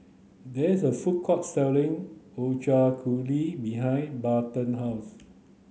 there is a food court selling Ochazuke behind Barton house